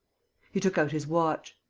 he took out his watch.